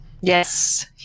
Yes